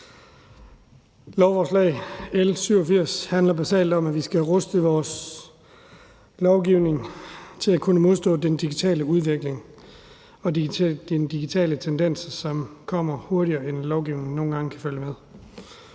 Lovforslag L 87 handler basalt om, at vi skal ruste vores lovgivning til at kunne modstå den digitale udvikling og den digitale tendens, som kommer hurtigere, end lovgivningen nogle gange kan følge med